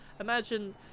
imagine